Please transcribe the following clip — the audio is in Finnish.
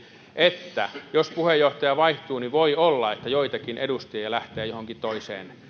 että jos puheenjohtaja vaihtuu niin voi olla että joitakin edustajia lähtee johonkin toiseen